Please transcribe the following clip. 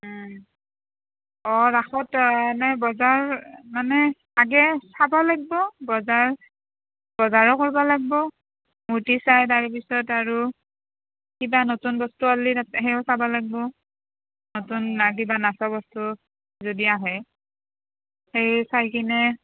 অঁ ৰাসত এনে বজাৰ মানে আগে চাব লাগিব বজাৰ বজাৰো কৰিব লাগিব মূৰ্তি চাই তাৰ পিছত আৰু কিবা নতুন বস্তু ওলালে তাতে সেইও চাব লাগিব নতুন কিবা নােচোৱা বস্তু যদি আহে সেই চাই কিনে